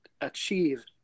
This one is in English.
achieve